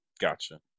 Gotcha